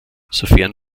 sofern